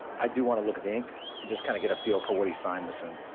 i do want to look at the ink and just kind of get a feel for what he signed this in.